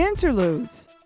Interludes